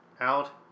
out